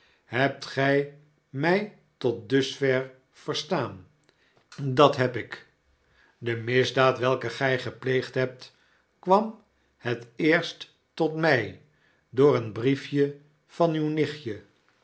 hebt gtj mtj tot dusver verstaan dat heb ik de misdaad welke gjj gepleegd hebt kwam het eerst tot mjj door een brief van uw nichtje